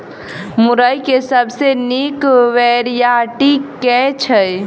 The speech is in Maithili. मुरई केँ सबसँ निक वैरायटी केँ छै?